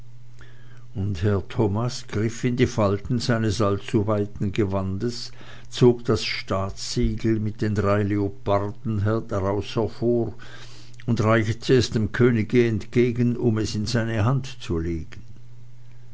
und herr thomas griff in die falten seines allzu weiten gewandes zog das staatssiegel mit den drei leoparden daraus hervor und reichte es dem könige entgegen um es in seine hand zu legen